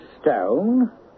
stone